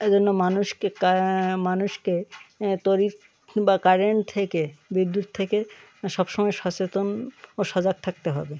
এই জন্য মানুষকে কা মানুষকে তড়িৎ কিংবা কারেন্ট থেকে বিদ্যুৎ থেকে সবসময় সচেতন ও সজাগ থাকতে হবে